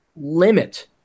limit